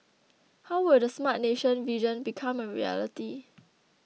how will the Smart Nation vision become a reality